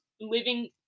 living